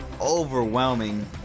overwhelming